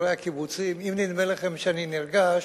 חברי הקיבוצים, אם נדמה לכם שאני נרגש,